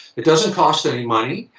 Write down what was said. it doesn't cost any money,